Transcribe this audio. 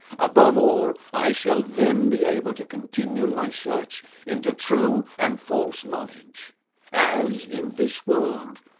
above all, i shall then be able to continue my search into true and false knowledge as in this world,